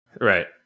right